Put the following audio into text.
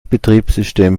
betriebssystem